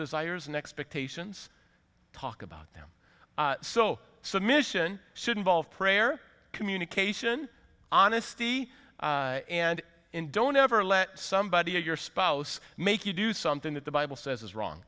desires and expectations talk about them so submission should involve prayer communication honesty and in don't ever let somebody or your spouse make you do something that the bible says is